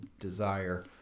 desire